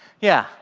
yeah,